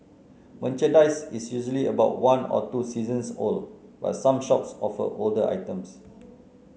merchandise is usually about one or two seasons old but some shops offer older items